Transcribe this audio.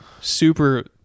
super